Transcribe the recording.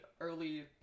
early